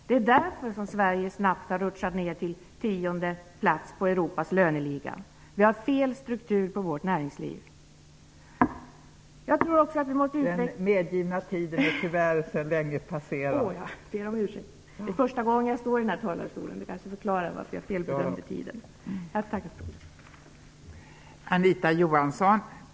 Det är därför som Sverige snabbt har rutschat ner till tionde plats på Europas löneliga. Vi har fel struktur på vårt näringsliv. Jag tror också att vi måste...